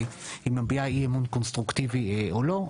מביעה אי אמון קונסטרוקטיבי או לא,